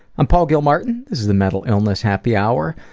i'm paul gilmartin, this is the mental illness happy hour,